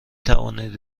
توانید